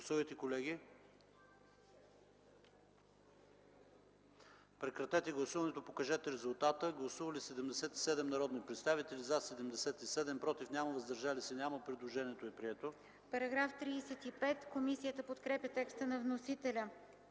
става § 16. Комисията подкрепя текста на вносителя